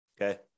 okay